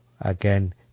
Again